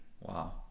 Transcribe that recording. Wow